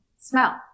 smell